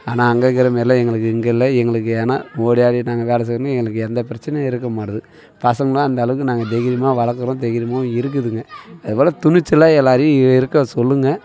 ஆனால் அங்கே இருக்கிற மாரிலாம் எங்களுக்கு இங்கே இல்லை எங்களுக்கு ஏன்னா ஓடி ஆடி நாங்கள் வேலை செய்யணும் எங்களுக்கு எந்த பிரச்சனையும் இருக்க மாட்டேது பசங்களும் அந்தளவுக்கு நாங்கள் தைரியமாக வளர்க்குறோம் தைரியமாகவும் இருக்குதுங்க அதேபோல் துணிச்சலாக எல்லாரையும் இருக்க சொல்லுங்கள்